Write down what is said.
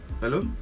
Hello